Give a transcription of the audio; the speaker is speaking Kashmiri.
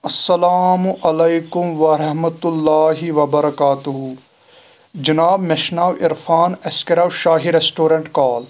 اسلام علیکُم ورحمتہ اللہ وبرکاتہ جِناب مےٚ چھُ ناو عرفان اَسہِ کَریاو شاہی ریسٹورنٛٹ کال